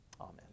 Amen